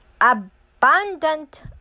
abundant